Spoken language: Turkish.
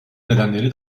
nedenleri